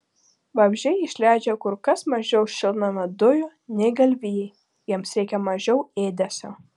vabzdžiai išleidžia kur kas mažiau šiltnamio dujų nei galvijai jiems reikia mažiau ėdesio